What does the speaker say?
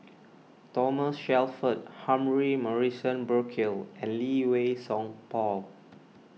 Thomas Shelford Humphrey Morrison Burkill and Lee Wei Song Paul